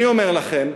אני אומר לכם,